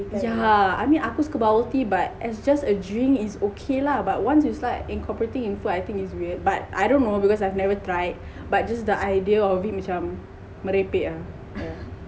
yeah I mean aku suka bubble tea but as just a drink is okay lah but once its like in completing in food I think it's weird but I don't know I've never tried but just the idea of it macam merepek ah yeah